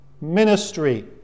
ministry